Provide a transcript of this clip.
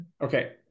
Okay